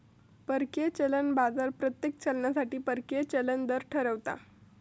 परकीय चलन बाजार प्रत्येक चलनासाठी परकीय चलन दर ठरवता